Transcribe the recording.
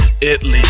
Italy